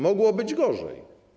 Mogło być gorzej.